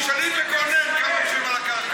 תשאלי בגונן כמה משלמים על הקרקע.